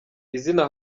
izina